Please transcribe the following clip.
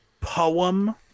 poem